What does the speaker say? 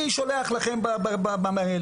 אני שולח לכם ---,